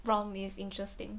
prompt is interesting